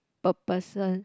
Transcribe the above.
per person